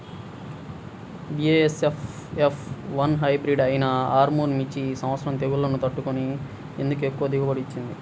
BASF F one hybrid అయినా ఆర్ముర్ మిర్చి ఈ సంవత్సరం తెగుళ్లును తట్టుకొని ఎందుకు ఎక్కువ దిగుబడి ఇచ్చింది?